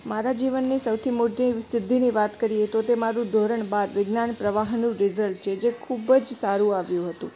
મારા જીવનની સૌથી મોટી વ સિદ્ધિની વાત કરીએ તો તે મારું ધોરણ બાર વિજ્ઞાન પ્રવાહનું રીઝલ્ટ છે જે ખૂબ જ સારું આવ્યું હતું